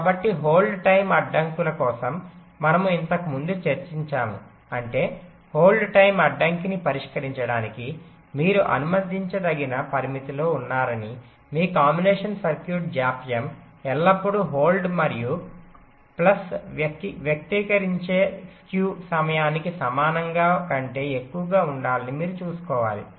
కాబట్టి hold time అడ్డంకుల కోసం మనము ఇంతకుముందు చర్చించాము అంటే హోల్డ్ టైమ్ అడ్డంకిని పరిష్కరించడానికి మీరు అనుమతించదగిన పరిమితిలో ఉన్నారని మీ కాంబినేషన్ సర్క్యూట్ జాప్యం ఎల్లప్పుడూ హోల్డ్ మరియు ప్లస్ వక్రీకరించే సమయానికి సమానంగా కంటే ఎక్కువగా ఉండాలని మీరు చూసుకోవాలి